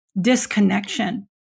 disconnection